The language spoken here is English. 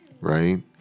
right